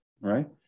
right